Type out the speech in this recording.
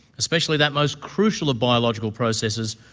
especially that most crucial of biological processes,